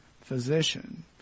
physician